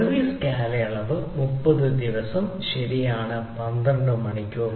service കാലയളവ് 30 ദിവസം ശരിയാണ് 12 മണിക്കൂർ